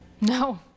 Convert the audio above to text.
No